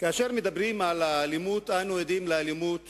כאשר מדברים על אלימות, אנו עדים לאלימות